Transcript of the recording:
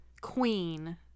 Queen